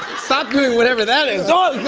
stop doing whatever that is. oh,